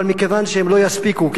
אבל מכיוון שהם לא יספיקו,